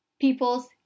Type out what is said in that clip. people's